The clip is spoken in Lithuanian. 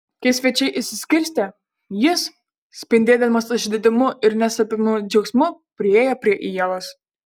kai svečiai išsiskirstė jis spindėdamas išdidumu ir neslepiamu džiaugsmu priėjo prie ievos